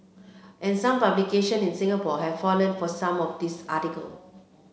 and some publication in Singapore have fallen for some of these article